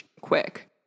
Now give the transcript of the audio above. quick